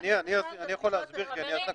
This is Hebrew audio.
--- אני יכול להסביר כי אני עסקתי --- חברים,